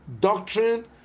doctrine